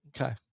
Okay